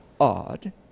odd